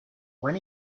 when